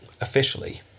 Officially